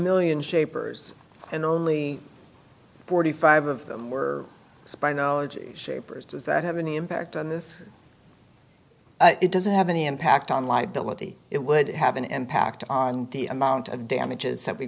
million shapers and only forty five of them were supplied ology shapers does that have any impact on this it doesn't have any impact on liability it would have an impact on the amount of damages that we